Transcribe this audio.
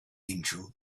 angel